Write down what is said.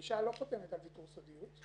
האישה לא חותמת על ויתור סודיות,